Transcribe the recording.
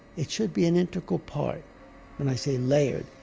it should be an integral part when i say layered.